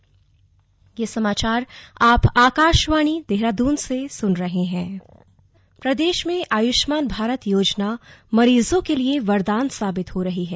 slug Ayushman Bharat Yojana प्रदेश में आयुष्मान भारत योजना मरीजों के लिए वरदान साबित हो रही है